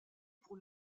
pour